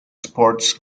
sports